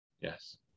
Yes